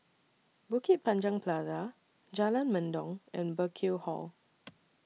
Bukit Panjang Plaza Jalan Mendong and Burkill Hall